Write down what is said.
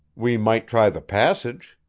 we might try the passage.